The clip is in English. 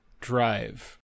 drive